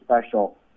special